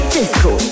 Disco